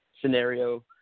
scenario –